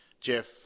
Jeff